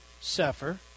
suffer